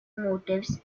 motives